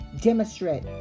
Demonstrate